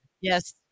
Yes